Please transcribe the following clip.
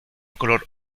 color